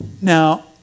now